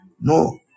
No